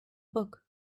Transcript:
book